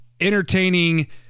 entertaining